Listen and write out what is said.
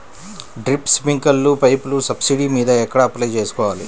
Drip, స్ప్రింకర్లు పైపులు subsidy మీద ఎక్కడ అప్లై చేసుకోవాలి?